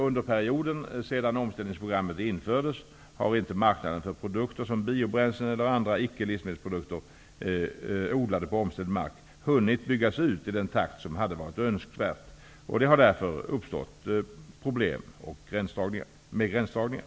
Under perioden sedan omställningsprogrammet infördes har inte marknaden för produkter som biobränslen eller andra icke livsmedelsprodukter odlade på omställd mark hunnit byggas ut i den takt som hade varit önskvärt, och det har därför uppstått problem med gränsdragningar.